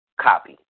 copy